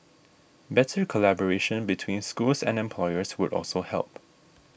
better collaboration between schools and employers would also help